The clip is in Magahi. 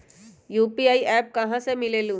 यू.पी.आई एप्प कहा से मिलेलु?